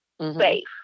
safe